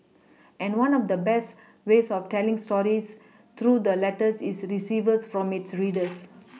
and one of the best ways of telling stories through the letters it receives from its readers